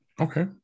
Okay